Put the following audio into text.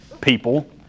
people